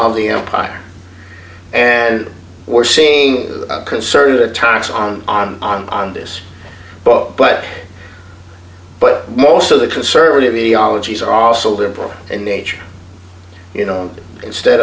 of the empire and we're seeing a concerted attack on on on on this but but but most of the conservative the ologies are also liberal in nature you know instead